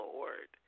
Lord